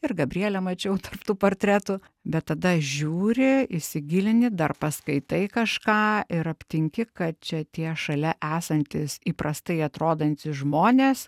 ir gabrielę mačiau tarp tų portretų bet tada žiūri įsigilini dar paskaitai kažką ir aptinki kad čia tie šalia esantys įprastai atrodantys žmonės